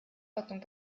ordnung